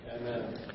Amen